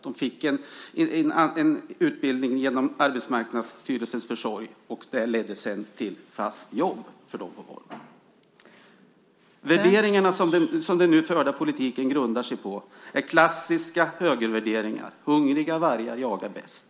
De fick en utbildning genom Arbetsmarknadsstyrelsens försorg som sedan ledde till fast jobb för dem på Volvo. Värderingarna som den nu förda politiken grundar sig på är klassiska högervärderingar, att hungriga vargar jagar bäst.